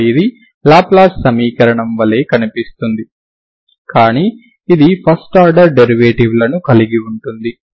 కనుక ఇది లాప్లస్ సమీకరణం వలె కనిపిస్తుంది కానీ ఇది ఫస్ట్ ఆర్డర్ డెరివేటివ్లను కలిగి ఉంటుంది